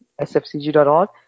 sfcg.org